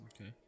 Okay